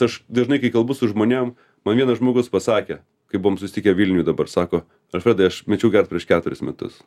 aš dažnai kai kalbu su žmonėm man vienas žmogus pasakė kai buvom susitikę vilniuj dabar sako alfredai aš mečiau gert prieš keturis metus